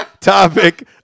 Topic